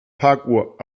parkuhr